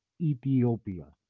Ethiopia